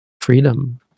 freedom